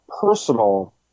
personal